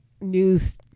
News